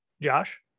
Josh